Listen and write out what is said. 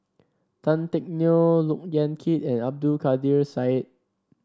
Tan Teck Neo Look Yan Kit and Abdul Kadir Syed